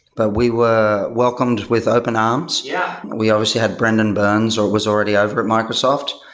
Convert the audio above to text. but we were welcomed with open arms. yeah we obviously had brendan burns, or was already over at microsoft,